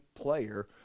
player